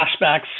flashbacks